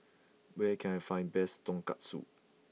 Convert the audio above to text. where can I find best Tonkatsu